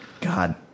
God